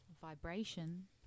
vibration